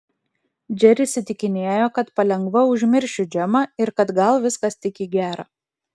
džeris įtikinėjo kad palengva užmiršiu džemą ir kad gal viskas tik į gera